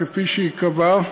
כפי שייקבע.